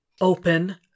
Open